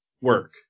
work